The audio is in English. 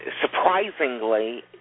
surprisingly